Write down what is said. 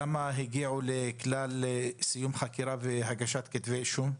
כמה הגיעו לכלל סיום חקירה והגשת כתבי אישום?